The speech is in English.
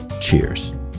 Cheers